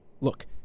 Look